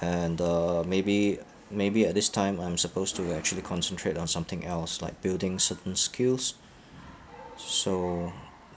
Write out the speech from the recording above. and uh maybe maybe at this time I'm supposed to actually concentrate on something else like building certain skills s~ so